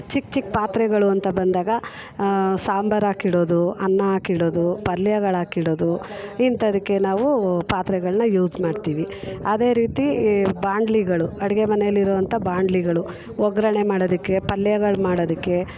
ಚಿಕ್ಕ ಚಿಕ್ಕ ಪಾತ್ರೆಗಳು ಅಂತ ಬಂದಾಗ ಸಾಂಬಾರು ಹಾಕಿಡೋದು ಅನ್ನ ಹಾಕಿಡೋದು ಪಲ್ಯಗಳು ಹಾಕಿಡೋದು ಇಂಥದಕ್ಕೆ ನಾವು ಪಾತ್ರೆಗಳನ್ನ ಯೂಸ್ ಮಾಡ್ತೀವಿ ಅದೇ ರೀತಿ ಬಾಣ್ಲಿಗಳು ಅಡುಗೆ ಮನೆಯಲ್ಲಿರುವಂಥ ಬಾಂಡ್ಲಿಗಳು ಒಗ್ಗರಣೆ ಮಾಡೋದಿಕ್ಕೆ ಪಲ್ಯಗಳು ಮಾಡೋದಿಕ್ಕೆ